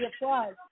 applause